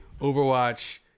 Overwatch